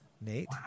Nate